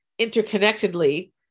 interconnectedly